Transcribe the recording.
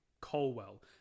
Colwell